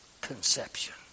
conception